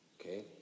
Okay